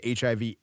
HIV